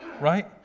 right